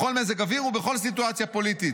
בכל מזג אוויר ובכל סיטואציה פוליטית.